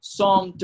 Psalm